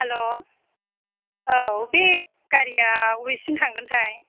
हेल' औ बे गारिया अबेसिम थांगोनथाय